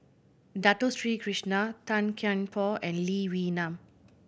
Dato Sri Krishna Tan Kian Por and Lee Wee Nam